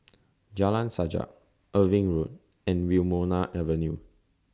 Jalan Sajak Irving Road and Wilmonar Avenue